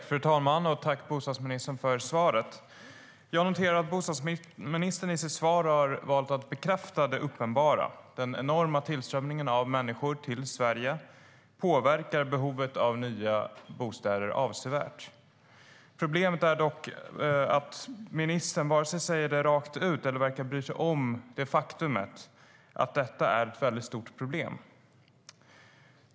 Fru talman! Jag tackar bostadsministern för svaret. Jag noterar att han i sitt svar har valt att bekräfta det uppenbara, nämligen att den enorma tillströmningen av människor till Sverige påverkar behovet av nya bostäder avsevärt. Problemet är dock att ministern varken säger det rakt ut eller verkar bry sig om det faktum att detta är ett mycket stort problem.